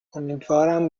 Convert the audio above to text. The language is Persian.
امیدوارم